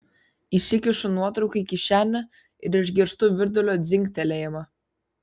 įsikišu nuotrauką į kišenę ir išgirstu virdulio dzingtelėjimą